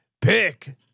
Pick